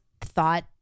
thought